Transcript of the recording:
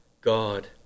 God